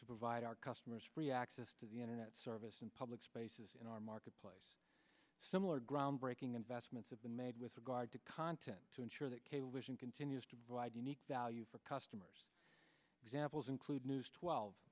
to provide our customers free access to the internet service and public spaces in our marketplace similar groundbreaking investments have been made with regard to content to ensure that cablevision continues to be wide unique value for customers examples include news twelve